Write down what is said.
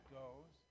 goes